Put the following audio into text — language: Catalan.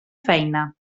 feina